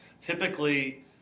typically